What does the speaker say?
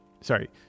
sorry